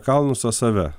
kalnus o save